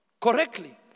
correctly